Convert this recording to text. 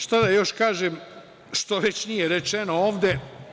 Šta da još kažem, što već nije rečeno ovde.